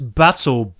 battle